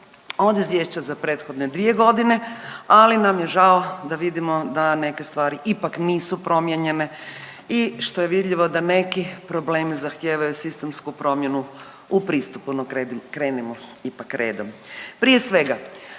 od izvješća za prethodne dvije godine, ali nam je žao da vidimo da neke stvari ipak nisu promijenjene i što je vidljivo da neki problemi zahtijevaju sistemsku promjenu u pristupu. No, krenimo ipak redom. Prije svega,